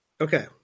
Okay